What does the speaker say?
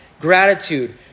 gratitude